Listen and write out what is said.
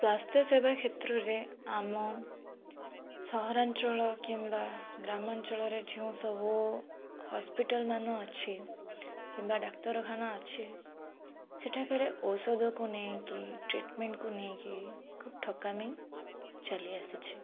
ସ୍ୱାସ୍ଥ୍ୟସେବା କ୍ଷେତ୍ରରେ ଆମ ସହରାଞ୍ଚଳ କିମ୍ବା ଗ୍ରାମାଞ୍ଚଳରେ ଯେଉଁ ସବୁ ହସ୍ପିଟାଲମାନ ଅଛି କିମ୍ବା ଡାକ୍ତରଖାନା ଅଛି ସେଠାକାରେ ଔଷଧକୁ ନେଇକି ଟ୍ରିଟମେଣ୍ଟକୁ ନେଇକି ଖୁବ ଠକାମୀ ଚାଲିଆସିଛି